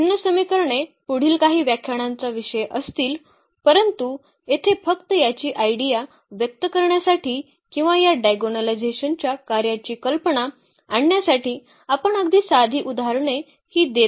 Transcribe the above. जरी भिन्न समीकरणे पुढील काही व्याख्यानांचा विषय असतील परंतु येथे फक्त याची आयडिया व्यक्त करण्यासाठी किंवा या डायगोनलायझेशनच्या कार्याची कल्पना आणण्यासाठी आपण अगदी साधी उदाहरणे ही देत आहोत